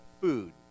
food